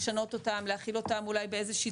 לשנות אותן להחיל אותן אולי באיזה שהיא